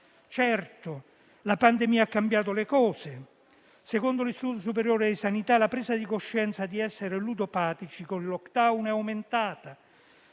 Certo, la pandemia ha cambiato le cose. Secondo l'Istituto superiore di sanità (ISS) la presa di coscienza di essere ludopatici con il *lockdown* è aumentata;